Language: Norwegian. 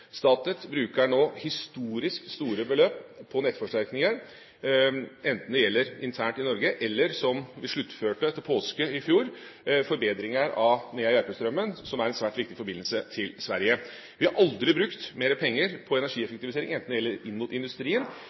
bruker nå historisk store beløp på nettforsterkninger, enten det gjelder internt i Norge, eller som vi sluttførte etter påske i fjor, forbedringer av Nea–Järpströmmen, som er en svært viktig forbindelse til Sverige. Vi har aldri brukt mer penger på energieffektivisering, enten det gjelder inn mot industrien,